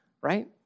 Right